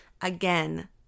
Again